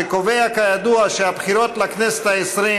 שקובע כידוע שהבחירות לכנסת העשרים